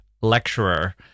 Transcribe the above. lecturer